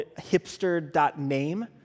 hipster.name